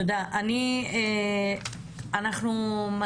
אני מבקשת